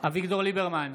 אביגדור ליברמן,